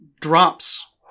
drops